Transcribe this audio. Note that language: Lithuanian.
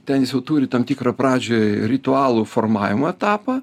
ten jis jau turi tam tikrą pradžioj ritualų formavimo etapą